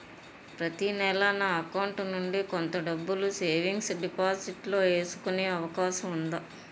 ప్రతి నెల నా అకౌంట్ నుండి కొంత డబ్బులు సేవింగ్స్ డెపోసిట్ లో వేసుకునే అవకాశం ఉందా?